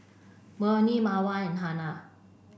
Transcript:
Murni Mawar and Hana